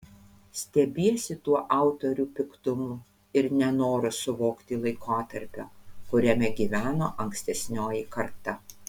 stebiesi tuo autorių piktumu ir nenoru suvokti laikotarpio kuriame gyveno ankstesnioji karta